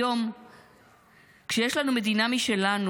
היום כשיש לנו מדינה משלנו?